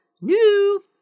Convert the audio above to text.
new